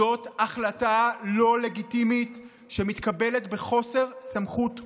זאת החלטה לא לגיטימית שמתקבלת בחוסר סמכות מוחלט.